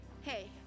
Hey